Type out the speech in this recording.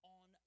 on